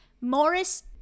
Morris